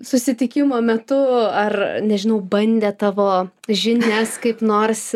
susitikimo metu ar nežinau bandė tavo žinias kaip nors